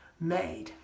made